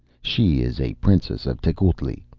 she is a princess of tecuhltli.